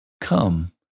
Come